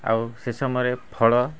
ଆଉ ସେ ସମୟରେ ଫଳ